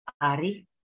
Ari